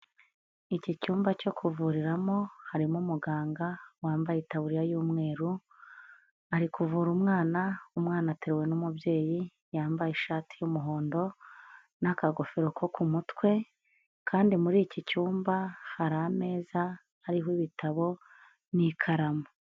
Iki cyumba cyo kuvuriramo harimo umuganga wambaye itaburiya y'umweru, ari kuvura umwana, umwana ateruwe n'umubyeyi yambaye ishati y'umuhondo n'akagofero ko ku mutwe, kandi muri iki cyumba hari ameza hariho ibitabo n'ikaramu.